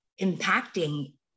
impacting